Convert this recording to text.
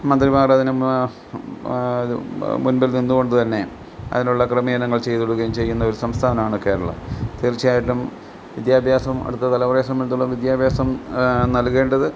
മന്ത്രിമാർ അതിന് അത് മുൻപിൽ നിന്നുകൊണ്ട് തന്നെ അതിനുള്ള ക്രമീകരണങ്ങൾ ചെയ്തുകൊടുക്കുകയും ചെയ്യുന്ന ഒരു സംസ്ഥാനമാണ് കേരളം തീർച്ചയായിട്ടും വിദ്യാഭ്യാസം അടുത്ത തലമുറയെ സംബന്ധിച്ചെടുത്തോളം വിദ്യാഭ്യാസം നൽകേണ്ടത്